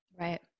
right